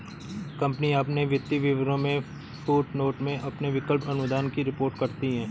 कंपनियां अपने वित्तीय विवरणों में फुटनोट में अपने विकल्प अनुदान की रिपोर्ट करती हैं